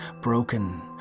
Broken